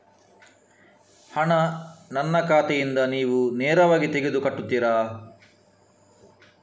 ಹಣ ನನ್ನ ಖಾತೆಯಿಂದ ನೀವು ನೇರವಾಗಿ ತೆಗೆದು ಕಟ್ಟುತ್ತೀರ?